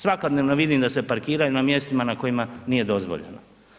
Svakodnevno vidim da se parkiraju na mjestima na kojima nije dozvoljeno.